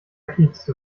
kiekste